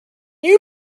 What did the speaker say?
you